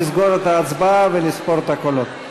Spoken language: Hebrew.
לסגור את ההצבעה ולספור את הקולות.